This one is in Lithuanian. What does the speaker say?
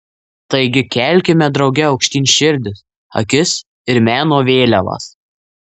taigi kelkime drauge aukštyn širdis akis ir meno vėliavas